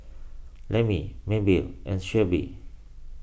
Lemmie Mabell and Sheryll